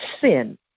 sin